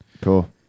Cool